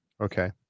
Okay